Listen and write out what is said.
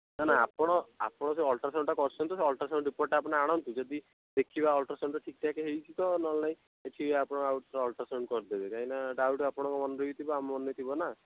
ନା ନା ଆପଣ ଆପଣ ଯେଉଁ ଅଲ୍ଟ୍ରାସାଉଣ୍ଡ୍ଟା କରିଛନ୍ତି ତ ଆପଣ ସେ ଅଲ୍ଟ୍ରାସାଉଣ୍ଡ୍ ରିପୋର୍ଟ୍ଟା ଆଣନ୍ତୁ ଯଦି ଦେଖିବା ଅଲ୍ଟ୍ରାସାଉଣ୍ଡ୍ଟା ଠିକ୍ ଠାକ୍ ହୋଇଛି ତ ନହେଲେ ନାଇଁ ଏଠି ଆପଣ ଆଉ ଥରେ ଅଲ୍ଟ୍ରାସାଉଣ୍ଡ୍ କରିଦେବେ କାହିଁକିନା ଡାଉଟ୍ ଆପଣଙ୍କ ମନରେ ବି ଥିବ ଆମ ମନରେ ଥିବ ନା